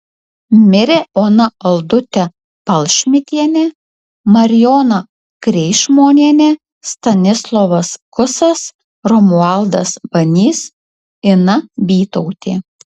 mirė ona aldutė palšmitienė marijona kreišmonienė stanislovas kusas romualdas banys ina bytautė